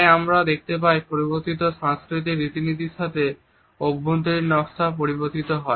তাই আমরা দেখতে পাই পরিবর্তিত সাংস্কৃতিক রীতিনীতির সাথে সাথে আভ্যন্তরীণ নকশাও পরিবর্তিত হয়